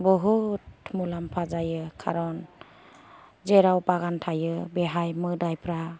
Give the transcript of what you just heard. बुहुथ मुलाम्फा जायो कारन जेराव बागान थायो बेहाय मोदायफ्रा